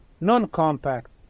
non-compact